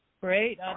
Great